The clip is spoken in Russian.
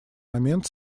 момент